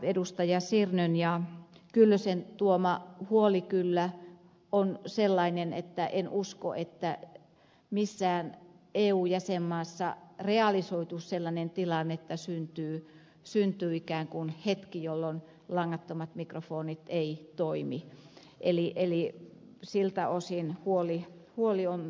edustajien sirnö ja kyllönen tuoma huoli kyllä on sellainen että en usko että missään eu jäsenmaassa realisoituisi sellainen tilanne että syntyy ikään kuin hetki jolloin langattomat mikrofonit eivät toimi eli siltä osin huoli on turha